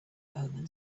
omen